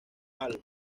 palma